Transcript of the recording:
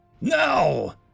No